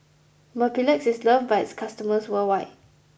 Mepilex is loved by its customers worldwide